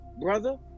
brother